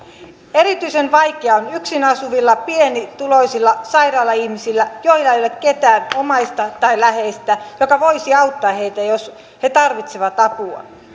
erityisen vaikeaa on yksin asuvilla pienituloisilla sairailla ihmisillä joilla ei ole ketään omaista tai läheistä joka voisi auttaa heitä jos he tarvitsevat apua